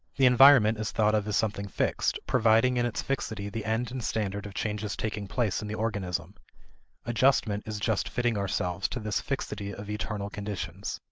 the environment is thought of as something fixed, providing in its fixity the end and standard of changes taking place in the organism adjustment is just fitting ourselves to this fixity of external conditions.